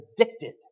addicted